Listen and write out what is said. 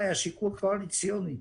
היה שיקול קואליציוני.